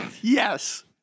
Yes